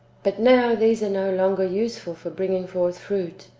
but now these are no longer useful for bringing forth fruit.